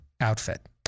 outfit